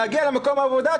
להגיע למקום העבודה,